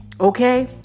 Okay